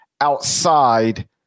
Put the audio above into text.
outside